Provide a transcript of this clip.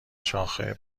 شاخه